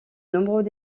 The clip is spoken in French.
nombreux